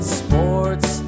sports